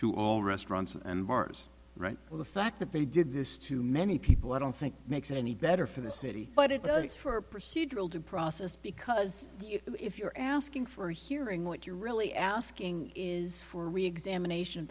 to all restaurants and bars right now the fact that they did this to many people i don't think makes it any better for the city but it does for procedural due process because if you're asking for hearing what you're really asking is for re examination